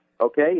okay